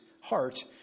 heart